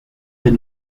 del